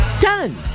Done